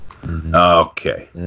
okay